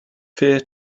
fear